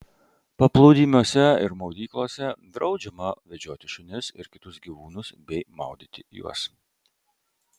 paplūdimiuose ir maudyklose draudžiama vedžioti šunis ir kitus gyvūnus bei maudyti juos